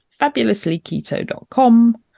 fabulouslyketo.com